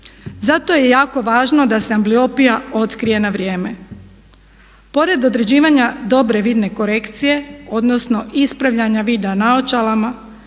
Zato je jako važno da se ambliopija otkrije na vrijeme. Pored određivanja dobre vidne korekcije, odnosno ispravljanja vida naočalama